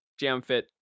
Jamfit